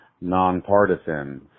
nonpartisan